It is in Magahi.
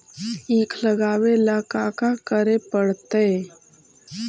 ईख लगावे ला का का करे पड़तैई?